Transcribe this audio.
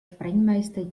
sprengmeister